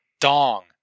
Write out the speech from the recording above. Dong